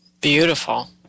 Beautiful